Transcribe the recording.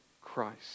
Christ